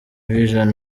vision